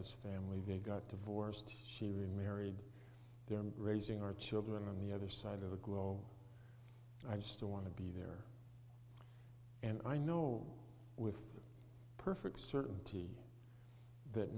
his family they got divorced she remarried they're raising our children on the other side of the glow i still want to be there and i know with perfect certainty that